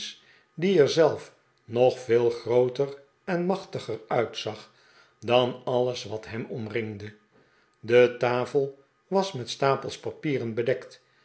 die er zelf nog veel grooter en machtiger uitzag dan alles wat hem omriiigde de tafel was met stapels papieren bedekt